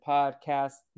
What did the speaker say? Podcast